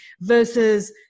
versus